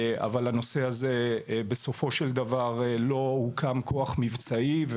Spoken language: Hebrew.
אבל בסופו של דבר לא הוקם כוח מבצעי,